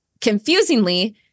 confusingly